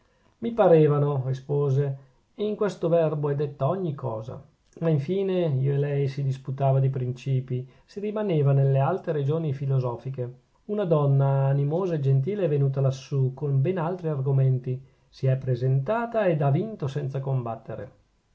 mi parevano rispose e in questo verbo è detta ogni cosa ma infine io e lei si disputava di principii si rimaneva nelle alte regioni filosofiche una donna animosa e gentile è venuta lassù con ben altri argomenti si è presentata ed ha vinto senza combattere